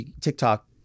TikTok